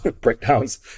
breakdowns